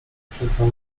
przestał